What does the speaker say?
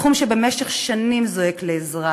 תחום שבמשך שנים זועק לעזרה,